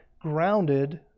grounded